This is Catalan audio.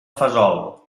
fesol